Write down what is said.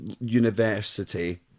university